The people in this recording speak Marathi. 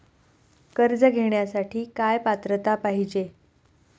कर्ज घेण्यासाठी काय पात्रता पाहिजे?